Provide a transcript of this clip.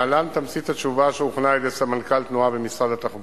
להלן תמצית התשובה שהוכנה על-ידי סמנכ"ל תנועה במשרד התחבורה: